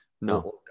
no